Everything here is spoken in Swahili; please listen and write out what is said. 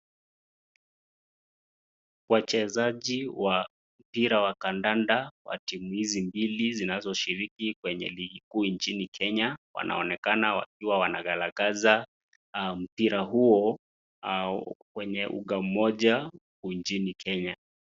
Wachezaji wa mpira wa kandanda wa timu hizi mbili zinazoshiriki kwenye ligi kuu nchini Kenya wanaonekana wakigaragaza mpira huo kwenye uga mmoja nchini Kenya.